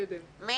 שלום.